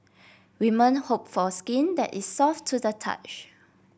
women hope for skin that is soft to the touch